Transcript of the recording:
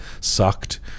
sucked